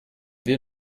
wir